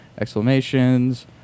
exclamations